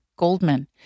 Goldman